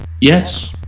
Yes